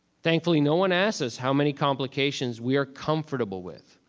thankfully, no one asks us how many complications we are comfortable with.